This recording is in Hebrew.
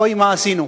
אוי מה עשינו.